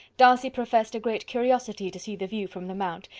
darcy professed a great curiosity to see the view from the mount,